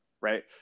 right